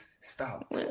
stop